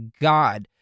God